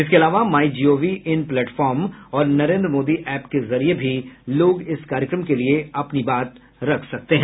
इसके अलावा my G O V in platform और नरेन्द्र मोदी एप के जरिये भी लोग इस कार्यक्रम के लिए अपनी बात रख सकते हैं